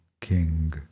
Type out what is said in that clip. King